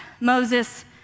Moses